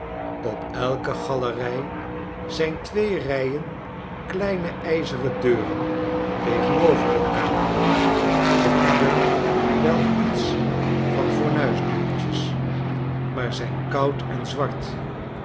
op elke galerij zijn twee rijen kleine ijzeren deuren tegenover elkaar ze hebben wel iets van fornuisdeurtjes maar zijn koud en zwart